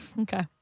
Okay